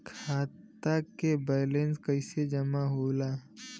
खाता के वैंलेस कइसे जमा होला?